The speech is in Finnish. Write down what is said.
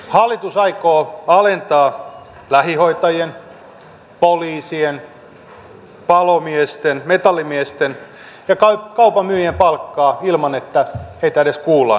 hallitus aikoo alentaa lähihoitajien poliisien palomiesten metallimiesten ja kaupan myyjien palkkaa ilman että heitä edes kuullaan tässä asiassa